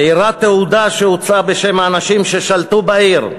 והראה תעודה שהוּצאה בשם האנשים ששלטו בעיר.